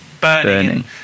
burning